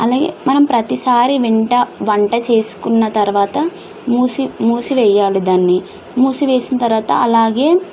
అలాగే మనం ప్రతిసారి వెంట వంట చేసుకున్న తర్వాత మూసి మూసివెయ్యాలి దాన్ని మూసి వేసిన తర్వాత అలాగే